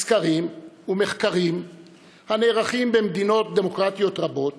בסקרים ומחקרים הנערכים במדינות דמוקרטיות רבות